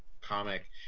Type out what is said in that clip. comic